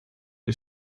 the